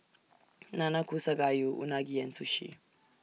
Nanakusa Gayu Unagi and Sushi